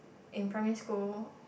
in primary school